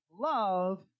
love